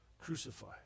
crucify